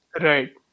Right